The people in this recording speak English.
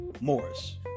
Morris